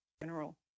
general